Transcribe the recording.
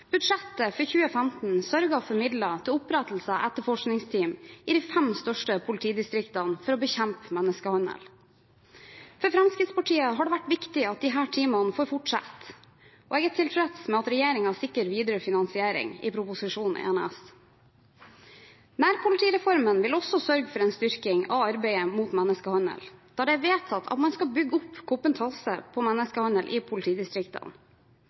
Budsjettet for 2015 sørget for midler til opprettelse av etterforskningsteam i de fem største politidistriktene for å bekjempe menneskehandel. For Fremskrittspartiet har det vært viktig at disse teamene får fortsette, og jeg er tilfreds med at regjeringen sikrer videre finansiering i Prop. 1 S. Nærpolitireformen vil også sørge for en styrking av arbeidet mot menneskehandel, da det er vedtatt at man skal bygge opp kompetanse på menneskehandel i politidistriktene.